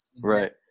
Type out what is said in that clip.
right